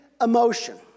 emotion